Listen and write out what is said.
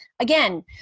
Again